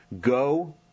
Go